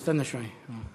סטנה שוואיה.